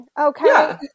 Okay